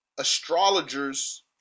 astrologers